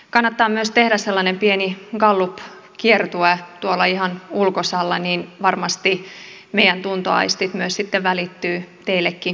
kannattaa myös tehdä sellainen pieni gallup kiertue tuolla ihan ulkosalla niin varmasti meidän tuntoaistimme myös sitten välittyvät teillekin arvon hallitus